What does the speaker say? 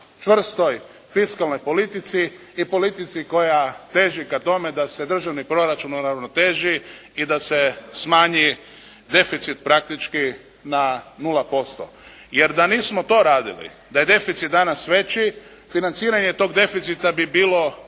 čvrstoj fiskalnoj politici i politici koja teži ka tome da se državni proračun oravnoteži i da se smanji deficit praktički na nula posto. Jer da nismo to radili, da je deficit danas veći, financiranje toga deficita bi bilo